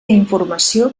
informació